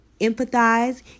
empathize